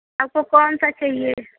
आपको कौनसा चाहिए